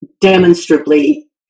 demonstrably